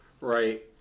Right